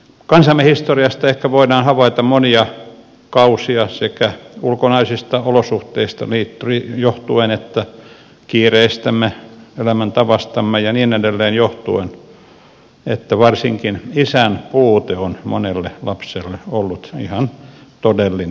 kansamme historiasta ehkä voidaan havaita monia kausia johtuen sekä ulkonaisista olosuhteista että kiireistämme elämäntavastamme ja niin edelleen että varsinkin isän puute on monelle lapselle ollut ihan todellinen kysymys